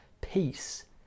peace